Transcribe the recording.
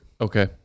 Okay